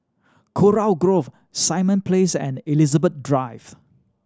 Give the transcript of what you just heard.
Kurau Grove Simon Place and Elizabeth Drive